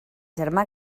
germà